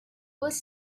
was